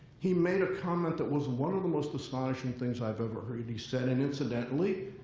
he made a comment that was one of the most astonishing things i've ever heard he said, and incidentally,